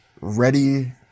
ready